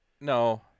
no